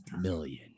million